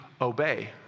obey